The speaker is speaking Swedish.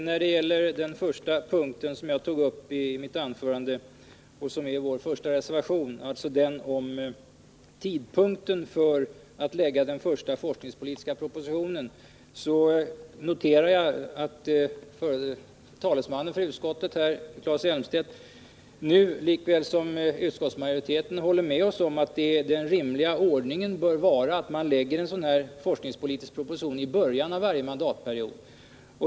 När det gäller tidpunkten för framläggandet av den första forskningspolitiska propositionen noterar jag att utskottets talesman, Claes Elmstedt, lika väl som utskottsmajoriteten håller med oss om att den rimliga ordningen bör vara att man framlägger en sådan här forskningspolitisk proposition i början av varje mandatperiod.